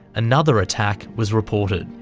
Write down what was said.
another attack was reported.